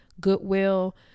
goodwill